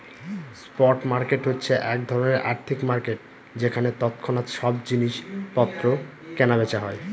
spot market হচ্ছে এক ধরনের আর্থিক মার্কেট যেখানে তৎক্ষণাৎ সব জিনিস পত্র কেনা বেচা হয়